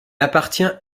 appartient